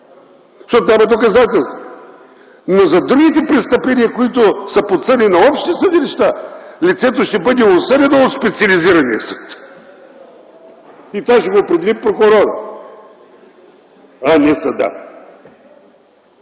защото няма доказателства, но за другите престъпления, които са подсъдни на общите съдилища, лицето ще бъде осъдено от специализирания съд. И това ще го определи прокурорът, а не съда!